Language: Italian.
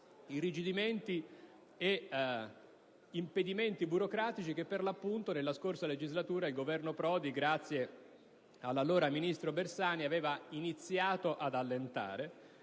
irrigidimenti ed impedimenti burocratici che per l'appunto, nella scorsa legislatura, il Governo Prodi, grazie all'allora ministro Bersani aveva iniziato ad allentare),